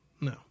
No